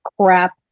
crap